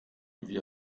wie